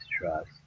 trust